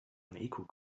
unequal